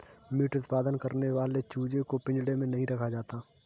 meet उत्पादन करने वाले चूजे को पिंजड़े में नहीं रखा जाता